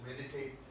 Meditate